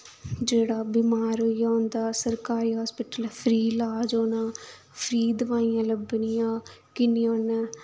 जेह्ड़ा बमार होई जा उं'दा सरकारी हस्पिटल फ्री इलाज़ होना फ्री दवाइयां लब्भनियां किन्नियां उन्नियां